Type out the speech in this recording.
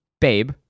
Babe